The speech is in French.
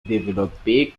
développée